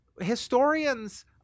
historians